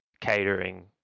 catering